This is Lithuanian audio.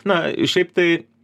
na šiaip tai